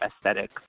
aesthetic